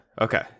Okay